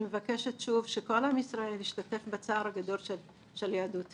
אני מבקשת שוב שכל עם ישראל ישתתף בצער הגדול של יהדות תימן.